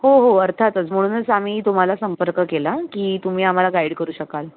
हो हो अर्थातच म्हणूनच आम्ही तुम्हाला संपर्क केला की तुम्ही आम्हाला गाईड करू शकाल